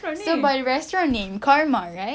so by restaurant named karma right